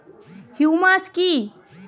Humus কি?